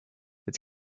its